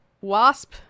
Wasp